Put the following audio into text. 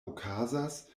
okazas